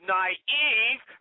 naive